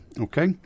Okay